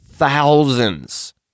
thousands